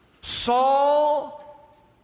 Saul